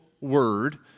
word